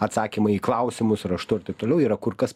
atsakymai į klausimus raštu ir taip toliau yra kur kas